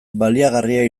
baliagarria